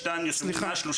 איך הכשירו אותך?